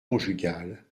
conjugale